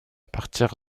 partir